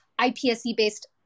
IPSC-based